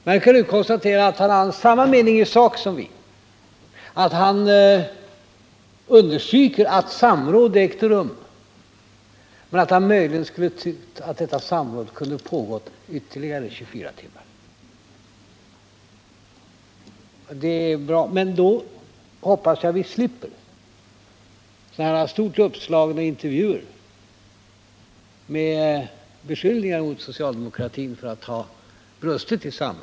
Man kan nu konstatera att Ola Ullsten har samma mening i sak som vi och att han understryker att samråd ägt rum men att han möjligen skulle ha tyckt att detta samråd kunde ha pågått ytterligare 24 timmar. Det är bra. Men då hoppas jag vi slipper sådana här stort uppslagna intervjuer med beskyllningar mot socialdemokratin för att ha brustit i samråd.